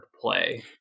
play